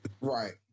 right